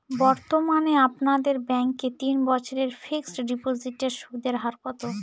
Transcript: বর্তমানে আপনাদের ব্যাঙ্কে তিন বছরের ফিক্সট ডিপোজিটের সুদের হার কত?